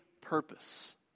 purpose